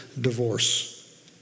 divorce